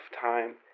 time